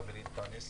חברי אנטאנס,